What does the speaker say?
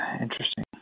interesting